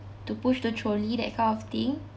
to push the trolley that kind of thing